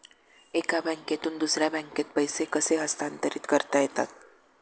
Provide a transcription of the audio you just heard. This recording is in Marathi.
एका बँकेतून दुसऱ्या बँकेत पैसे कसे हस्तांतरित करता येतात?